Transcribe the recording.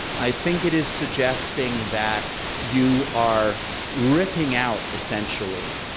i think it is suggesting that you are ripping out, essentially,